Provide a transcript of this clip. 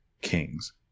Kings